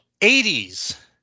80s